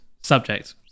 Subject